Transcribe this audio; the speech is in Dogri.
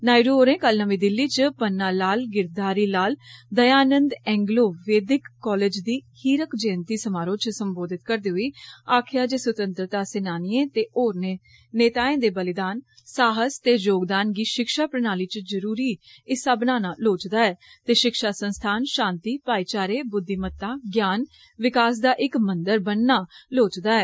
नायडू होरें कल नमीं दिल्ली च Pannalal Girdhari Lal Dayanand Anglo Vedic college दी हीरक जंयति समारोह च सम्बोधित करदे होई आक्खेआ जे सुतंत्रता सेनानियें ते होरनें नेताएं दे बलिदान साहस ते योगदान गी षिक्षा प्रणाली च जरुरी हिस्सा बनाना लोड़चदा ऐ ते षिक्षा संस्थान षांति भाईचारें बुद्धिमता ज्ञान विकास दा इक मंदर बनना लोड़चदा ऐ